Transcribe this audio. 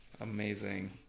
Amazing